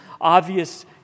obvious